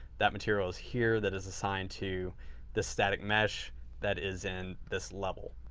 that material is here that is assigned to this static mesh that is in this level.